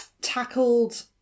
tackled